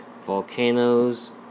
volcanoes